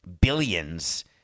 billions